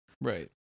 Right